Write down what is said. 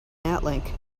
natlink